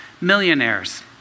millionaires